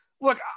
look